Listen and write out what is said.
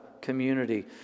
community